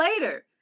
later